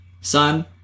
son